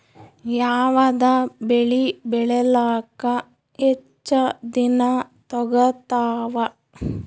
ಯಾವದ ಬೆಳಿ ಬೇಳಿಲಾಕ ಹೆಚ್ಚ ದಿನಾ ತೋಗತ್ತಾವ?